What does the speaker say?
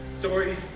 Dory